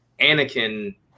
Anakin